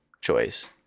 choice